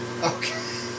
Okay